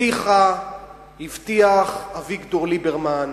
הבטיח אביגדור ליברמן